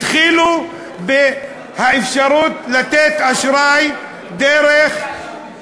התחילו באפשרות לתת אשראי דרך שוק שחור זה יותר גרוע.